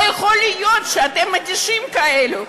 לא יכול להיות שאתם אדישים כאלה.